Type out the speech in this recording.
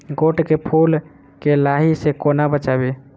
गोट केँ फुल केँ लाही सऽ कोना बचाबी?